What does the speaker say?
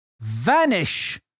vanish